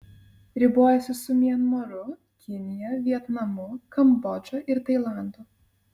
ribojasi su mianmaru kinija vietnamu kambodža ir tailandu